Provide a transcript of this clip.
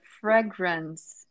fragrance